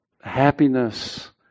happiness